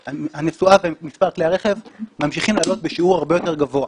הנסועה ומספר כלי הרכב ממשיכים לעלות בשיעור הרבה יותר גבוה.